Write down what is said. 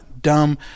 dumb